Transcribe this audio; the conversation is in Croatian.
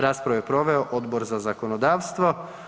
Raspravu je proveo Odbor za zakonodavstvo.